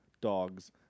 dogs